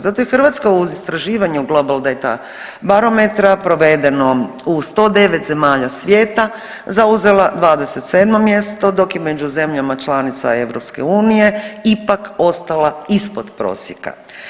Zato je Hrvatska u istraživanju Global Date-a Barometra provedenom u 109 zemalja svijeta zauzela 27. mjesto dok je među zemljama članicama EU ipak ostala ispod prosjeka.